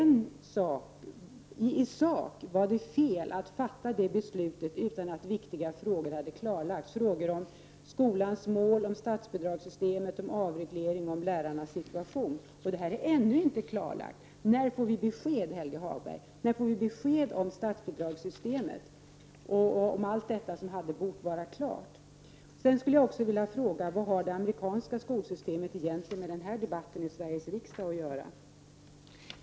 I sak var det fel att fatta det beslutet utan att viktiga frågor hade klarlagts, frågor om skolans mål, om statsbidragssystem, om avreglering och om lärarnas situation. De är ännu inte klarlagda. När får vi besked, Helge Hagberg, om statsbidragssystemet och allt annat som borde ha varit klart? Sedan skulle jag också vilja fråga vad det amerikanska skolsystemet egentligen har med denna debatt i Sveriges riksdag att göra.